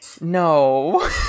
No